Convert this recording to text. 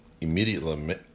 immediately